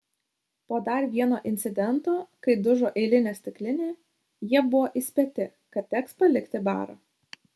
po dar vieno incidento kai dužo eilinė stiklinė jie buvo įspėti kad teks palikti barą